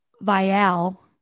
Vial